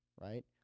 right